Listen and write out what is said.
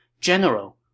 General